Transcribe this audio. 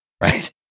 right